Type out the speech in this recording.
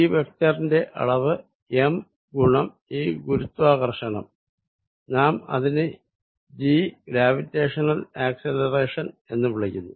ഈ വെക്ടറിന്റെ അളവ് m ഗുണം ഈ ഗുരുത്വ ആകര്ഷണം നാം ഇതിനെ g ഗ്രാവിറ്റേഷണൽ ആക്സിലറേഷൻ എന്ന് വിളിക്കുന്നു